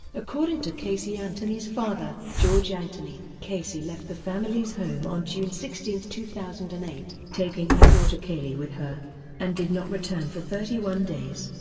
according to casey anthony's father, george anthony, casey left the family's home on june sixteen, two thousand and eight, taking her daughter caylee with her and did not return for thirty one days.